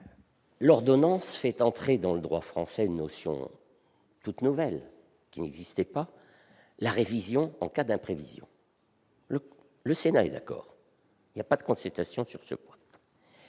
L'ordonnance fait entrer dans le droit français une notion toute nouvelle qui n'existait pas : la révision en cas d'imprévision. Le Sénat est d'accord ; il n'y a pas de contestation sur ce point.